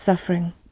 suffering